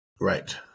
Right